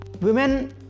women